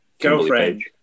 Girlfriend